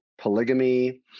polygamy